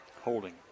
Holding